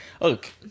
look